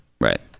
Right